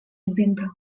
exemple